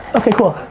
okay, cool.